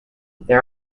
there